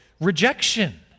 rejection